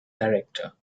director